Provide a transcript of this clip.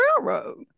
railroad